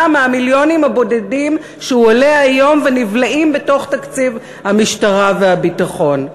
מהמיליונים הבודדים שהוא עולה היום ושנבלעים בתוך תקציב המשטרה והביטחון.